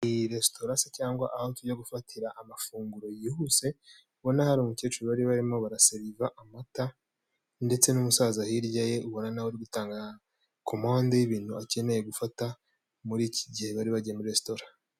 Iyi resitora cyangwa aho tujya gufatira amafunguro yihuse, ubona hari umukecuru barimo barimo barasariva amata ndetse n'umusaza hirya ye, ubona nawe ari gutanga komande y'ibintu akeneye gufata muri iki gihe bari baye muri restaurat.